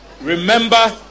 remember